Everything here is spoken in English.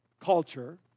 culture